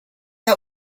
how